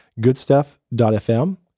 goodstuff.fm